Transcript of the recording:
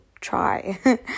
try